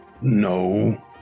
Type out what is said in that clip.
no